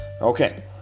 Okay